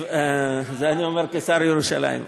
את זה אני אומר כשר לירושלים.